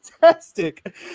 fantastic